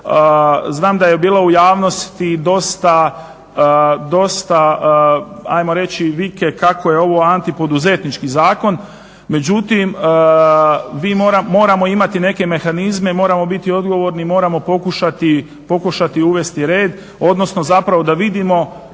se, da je bila u javnosti dosta, ajmo reći vike, kako je ovo antipoduzetnički zakon. Međutim, moramo imati neke mehanizme, moramo biti odgovorni, moramo pokušati uvesti red, odnosno zapravo da vidimo,